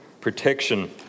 protection